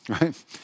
right